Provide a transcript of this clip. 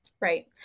Right